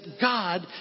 God